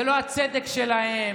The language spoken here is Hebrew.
זה לא הצדק שלהם.